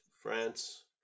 france